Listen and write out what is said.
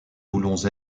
voulons